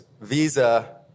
Visa